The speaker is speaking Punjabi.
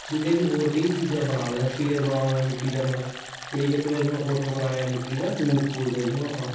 ਠੀਕ ਹੈ ਜੀ ਹੋਰ ਕਈ ਚੀਜ਼ਾਂ ਬਣਾ ਲੈਂਦਾ ਸ਼ੇਰ ਬਣਾ ਲੈਂਦਾ ਮਿੱਟੀ ਦਾ ਮੈਂ ਅਤੇ ਇੱਕ ਵਾਰ ਮੈਂ ਊਠ ਬਣਾਇਆ ਮਿੱਟੀ ਦਾ ਊਠ ਬੋਲਦੇ ਹਾਂ ਜਿਹਨੂੰ ਆਪਾਂ